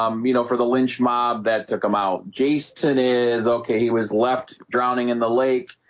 um you know for the lynch mob that took him out. jason is okay he was left drowning in the lake,